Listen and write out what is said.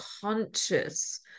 conscious